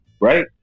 right